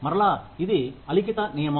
మరలా ఇది అలిఖిత నియమం